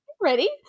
Ready